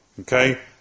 Okay